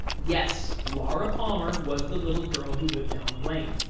yes, laura palmer was the little girl who lived down the lane,